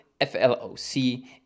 FLOC